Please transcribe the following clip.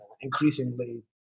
increasingly